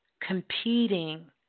competing